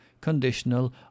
conditional